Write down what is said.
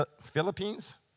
Philippines